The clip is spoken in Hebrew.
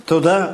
תודה.